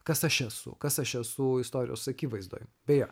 kas aš esu kas aš esu istorijos akivaizdoj beje